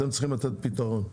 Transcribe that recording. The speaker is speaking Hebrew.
אתם צריכים לתת פתרון.